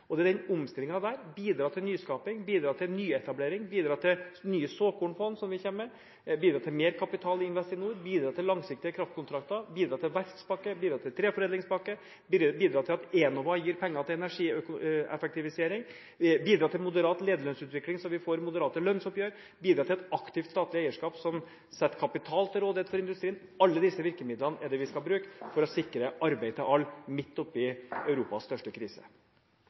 Det er denne omstillingen – å bidra til nyskapning, bidra til nyetablering, bidra til nye såkornfond som vi kommer med, bidra til mer kapital i Investinor, bidra til langsiktige kraftkontrakter, bidra til verftspakke, bidra til treforedlingspakke, bidra til at Enova gir penger til energieffektivisering, bidra til moderat lederlønnsutvikling så vi får moderate lønnsoppgjør, bidra til et aktivt statlig eierskap som setter kapital til rådighet for industrien – og alle disse virkemidlene vi skal bruke for å sikre arbeid til alle midt oppi Europas største krise.